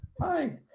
hi